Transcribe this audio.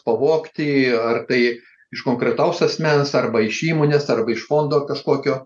pavogti ar tai iš konkretaus asmens arba iš įmonės arba iš fondo kažkokio